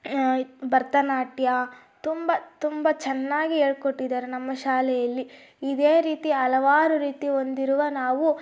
ಭರತನಾಟ್ಯ ತುಂಬ ತುಂಬ ಚೆನ್ನಾಗಿ ಹೇಳ್ಕೊಟ್ಟಿದ್ದಾರೆ ನಮ್ಮ ಶಾಲೆಯಲ್ಲಿ ಇದೇ ರೀತಿ ಹಲವಾರು ರೀತಿ ಹೊಂದಿರುವ ನಾವು